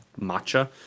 matcha